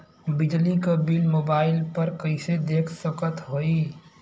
बिजली क bill mobile पर कईसे देख सकत हई?